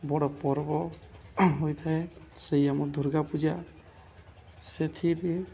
ବଡ଼ ପର୍ବ ହୋଇଥାଏ ସେଇ ଆମ ଦୁର୍ଗା ପୂଜା ସେଥିରେ